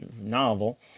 novel